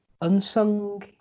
unsung